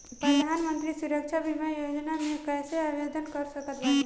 प्रधानमंत्री सुरक्षा बीमा योजना मे कैसे आवेदन कर सकत बानी?